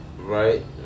Right